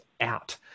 out